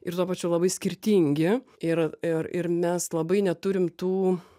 ir tuo pačiu labai skirtingi ir ir ir mes labai neturim tų